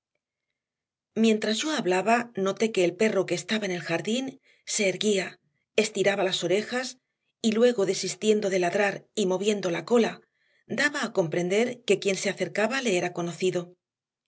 mientras yo hablaba noté que el perro que estaba en el jardín se erguía estiraba las orejas y luego desistiendo de ladrar y moviendo la cola daba a entender que quien se acercaba le era conocido